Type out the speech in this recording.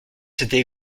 s’était